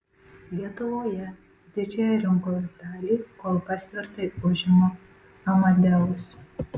lietuvoje didžiąją rinkos dalį kol kas tvirtai užima amadeus